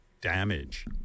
damage